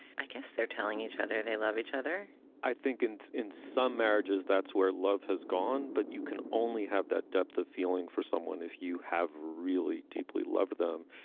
i guess they're telling each other they love each other i think and in some marriages, that's where love has gone. but you can only have that depth of feeling for someone if you have really deeply loved them.